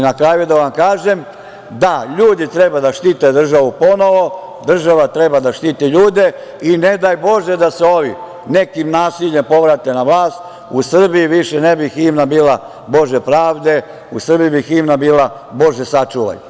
Na kraju da vam kažem da ljudi treba da štite državu ponovo, država treba da štiti ljude i ne daj Bože da se ovi nekim nasiljem povrate na vlast, u Srbiji više ne bi himna bila „Bože pravde“, u Srbiji bi himna bila Bože sačuvaj.